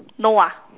no ah